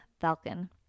Falcon